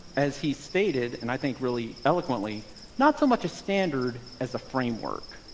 as he stated and i think really eloquently not so much a standard as a framework.